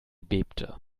bebte